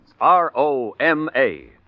R-O-M-A